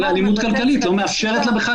האלימות הכלכלית לא מאפשרת לה בכלל